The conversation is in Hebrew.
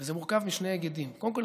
זה מורכב משני היגדים: קודם כול,